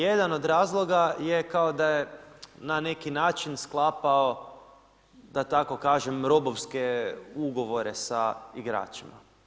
Jedan od razloga je kao da je na neki način sklapao, da tako kažem, robovske ugovore sa igračima.